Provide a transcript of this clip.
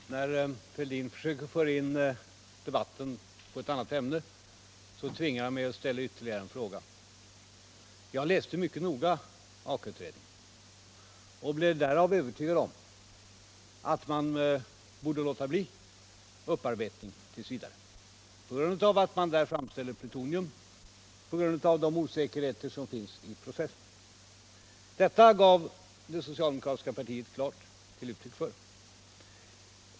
kärnkraften Herr talman! När Thorbjörn Fälldin försöker föra in debatten på ett annat ämne, tvingar han mig att ställa ytterligare en fråga. Jag läste mycket noga Aka-utredningen och blev då övertygad om att man borde låta bli upparbetning t. v. — på grund av att man därvid framställer plutonium och på grund av de osäkerheter som finns i processen. Detta gav det socialdemokratiska partiet klart uttryck för.